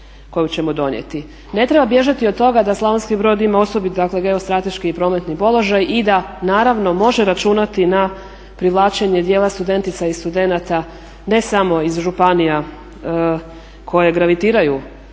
Ne treba bježati od toga da Slavonski Brod ima osobit, dakle geostrateški i prometni položaj i da naravno može računati na privlačenje djela studentica i studenta ne samo iz županija koje gravitiraju